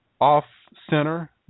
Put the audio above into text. off-center